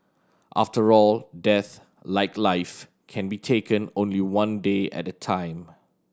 after all death like life can be taken only one day at a time